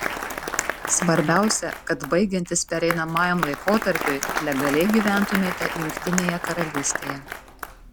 svarbiausia kad baigiantis pereinamajam laikotarpiui legaliai gyventumėte jungtinėje karalystėje